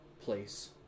place